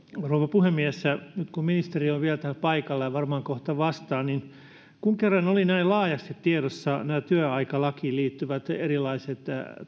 rouva puhemies nyt kun ministeri on vielä täällä paikalla ja varmaan kohta vastaa niin kun kerran olivat näin laajasti tiedossa nämä työaikalakiin liittyvät erilaiset